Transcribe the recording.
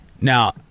Now